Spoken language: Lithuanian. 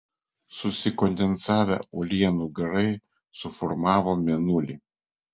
susikondensavę uolienų garai suformavo mėnulį